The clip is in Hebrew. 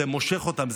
זה מושך אותם,